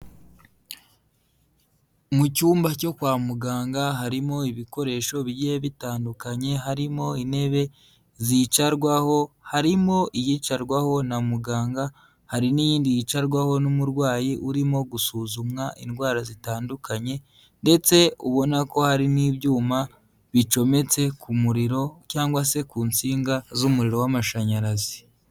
Mu cyumba cyo kwa muganga harimo ibikoresho bigiye bitandukanye, harimo intebe zicarwaho, harimo iyicarwaho na muganga hari n'iyindi yicarwaho n'umurwayi urimo gusuzumwa indwara zitandukanye ndetse ubona ko hari n'ibyuma bicometse ku muriro cyangwa se ku nsinga z'umuriro w'amashanyarazi.